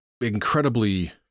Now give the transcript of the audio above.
incredibly